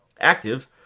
active